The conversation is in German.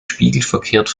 spiegelverkehrt